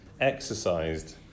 exercised